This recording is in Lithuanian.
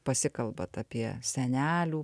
pasikalbat apie senelių